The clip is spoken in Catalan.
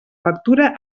factura